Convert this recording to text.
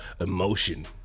emotion